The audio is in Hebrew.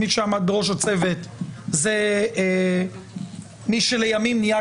מי שעמד בראש הצוות הוא מי שלימים נהיה